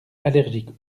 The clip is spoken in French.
allergique